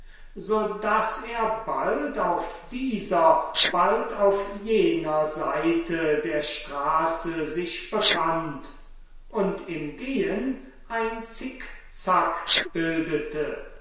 so daß er bald auf dieser bald auf jener seite der straße sich befand und im gehen ein zickzack bildete